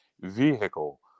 vehicle